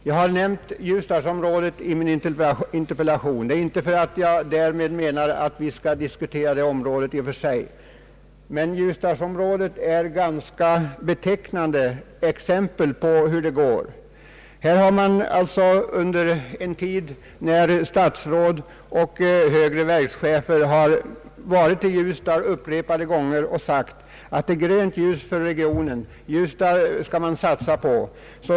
Jag har nämnt Ljusdalsområdet i min interpellation, inte därför att jag anser att vi bör diskutera det området i och för sig utan därför att Ljusdalsområdet är ett ganska betecknande exempel på hur det går. Statsråd och verkschefer har varit i Ljusdal upprepade gånger och sagt att det är grönt ljus för regionen — Ljusdal skall man satsa på!